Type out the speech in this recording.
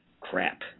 crap